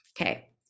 Okay